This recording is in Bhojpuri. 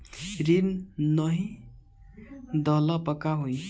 ऋण नही दहला पर का होइ?